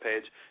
page